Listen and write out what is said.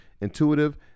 intuitive